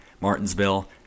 Martinsville